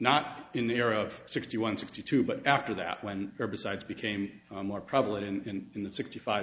not in the era of sixty one sixty two but after that when herbicides became more prevalent in the sixty five